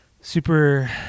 super